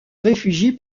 réfugie